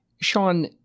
Sean